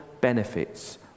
benefits